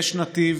יש נתיב